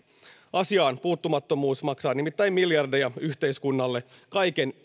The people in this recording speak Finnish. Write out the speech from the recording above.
asiaan puuttumattomuus maksaa nimittäin miljardeja yhteiskunnalle kaiken